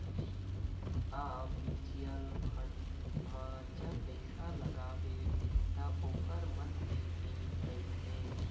अब mutual fund म जब पइसा लगाबे त ओखर मन के टीम रहिथे